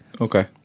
Okay